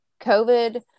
COVID